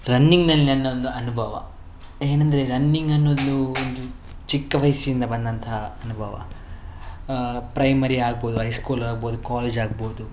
ರನ್ನಿಂಗಿನಲ್ಲಿ ನನ್ನ ಒಂದು ಅನುಭವ ಏನೆಂದ್ರೆ ರನ್ನಿಂಗ್ ಅನ್ನೋದು ಒಂದು ಚಿಕ್ಕ ವಯಸ್ಸಿನಿಂದ ಬಂದಂತಹ ಅನುಭವ ಪ್ರೈಮರಿ ಆಗ್ಬೋದು ಐ ಸ್ಕೂಲ್ ಆಗ್ಬೋದು ಕಾಲೇಜ್ ಆಗ್ಬೋದು